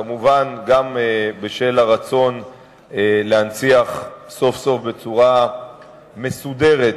כמובן גם בשל הרצון להנציח סוף-סוף בצורה מסודרת